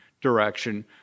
direction